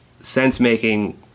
sense-making